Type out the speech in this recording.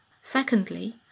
Secondly